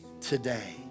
today